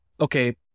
okay